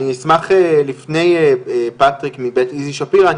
אני אשמח לפני פטריק מבית איזי שפירא,